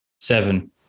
Seven